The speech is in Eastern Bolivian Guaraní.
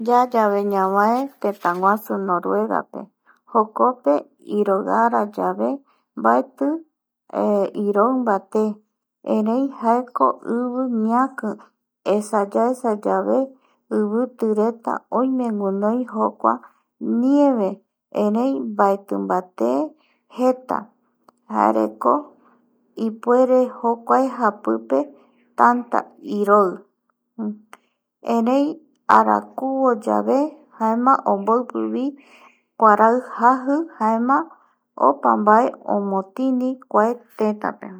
Yayave ñave tëtäguasu Noruegape jokope iroi arayave mbaeti iroi mbate erei jaeko ivi ñaki esa yaesayave ivitireta oime guinoi jokuae nieve erei mbaetimbate jeta jareko ipuere jokua japipe tata iroi erei arakuvo yave jaema omboipi jaku jaema opa mbae omotini kua tëtäpe